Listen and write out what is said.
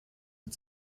mit